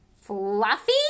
Fluffy